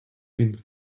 means